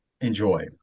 Enjoy